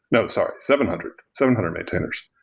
no, sorry. seven hundred. seven hundred maintainers.